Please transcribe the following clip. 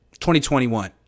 2021